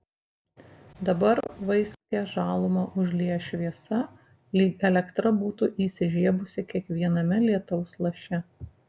dabar vaiskią žalumą užlieja šviesa lyg elektra būtų įsižiebusi kiekviename lietaus laše